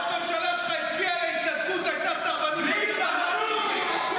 רק בלי סרבנות.